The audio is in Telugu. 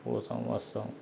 కోసం వస్తాం